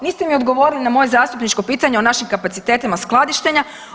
Niste mi odgovorili na moje zastupničko pitanje o našim kapacitetima skladištenja.